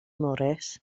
morris